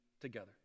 together